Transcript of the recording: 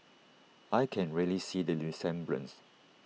I can really see the resemblance